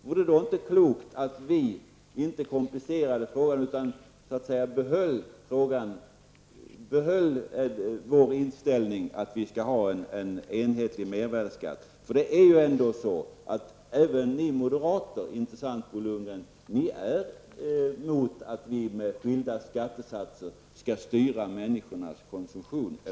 Vore det då inte klokt att vi i Sverige inte komplicerar frågan utan behåller vår inställning att Sverige skall ha en enhetlig mervärdeskatt? Även ni moderater är emot att vi skall styra människors konsumtion med skilda skattesatser, eller hur Bo Lundgren?